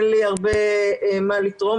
אין לי הרבה מה לתרום.